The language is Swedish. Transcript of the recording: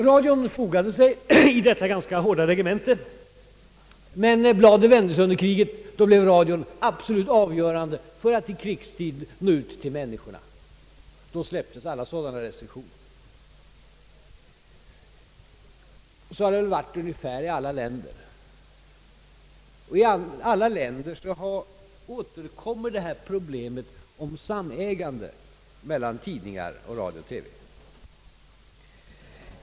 Radion fogade sig i detta ganska hårda regemente, men bladet vände sig under kriget, då radion var det absolut avgörande mediet för att i krigstid nå ut till människorna. Då släpptes alla sådana restriktioner. Så har det väl varit i ungefär alla länder. I alla länder återkommer detta problem om samägande mellan tidningar, radio och TV.